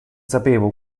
sapevo